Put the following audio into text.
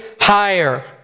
higher